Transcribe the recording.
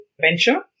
venture